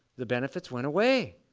the benefits went away.